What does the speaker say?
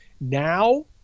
Now